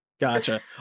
Gotcha